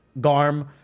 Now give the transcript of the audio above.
garm